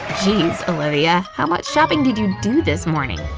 geez, olivia, how much shopping did you do this morning?